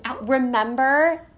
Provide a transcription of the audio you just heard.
remember